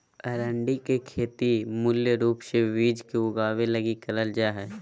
अरंडी के खेती मूल रूप से बिज के उगाबे लगी करल जा हइ